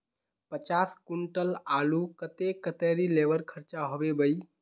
पचास कुंटल आलूर केते कतेरी लेबर खर्चा होबे बई?